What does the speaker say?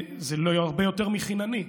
זה הרבה יותר מחינני,